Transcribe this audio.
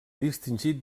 distingit